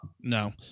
No